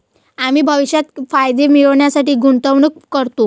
आम्ही भविष्यात फायदे मिळविण्यासाठी गुंतवणूक करतो